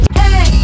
hey